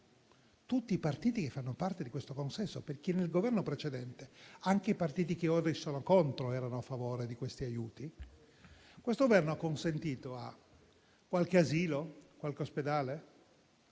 tutti i partiti che fanno parte di questo consesso (perché nel Governo precedente anche i partiti che oggi sono contro erano a favore di questi aiuti) hanno consentito a qualche asilo, a qualche ospedale,